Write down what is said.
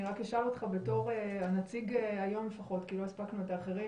רק אשאל אותך בתור הנציג היום לפחות כי לא הספקנו את האחרים.